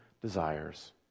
desires